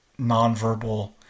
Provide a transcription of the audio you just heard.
nonverbal